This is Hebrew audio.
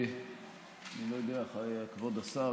כבוד השר,